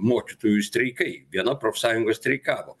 mokytojų streikai viena profsąjunga streikavo